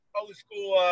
old-school